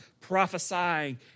prophesying